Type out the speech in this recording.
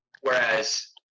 whereas